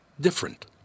different